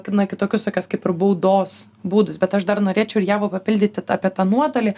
na kitokius tokius kaip ir baudos būdus bet aš dar norėčiau ir ievą papildyti apie tą nuotolį